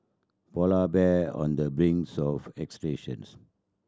polar bear on the brink of extinction